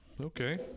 Okay